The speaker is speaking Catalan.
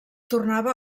tornava